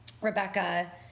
Rebecca